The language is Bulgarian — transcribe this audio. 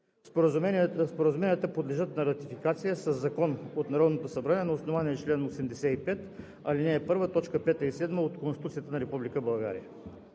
Споразуменията подлежат на ратифициране със закон от Народното събрание на основание чл. 85, ал. 1, т. 5 и 7 от Конституцията на Република България.